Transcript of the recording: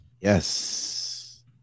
Yes